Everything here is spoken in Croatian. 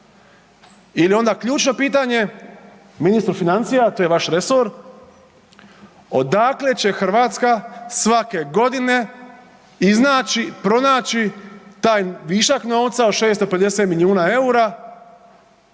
Ili onda ključno pitanje ministru financija, a to je vaš resor, odakle će Hrvatska svake godine iznaći, pronaći taj višak novca od 650 milijuna eura?